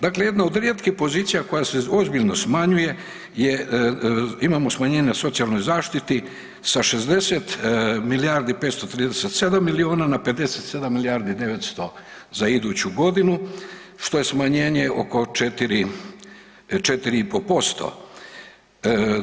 Dakle, jedna od rijetkih pozicija koja se ozbiljno smanjuje je, imamo smanjenje na socijalnoj zaštiti sa 60 milijardi 537 milijuna na 57 milijardi i 900 za iduću godinu, što je smanjenje oko 4, 4,5%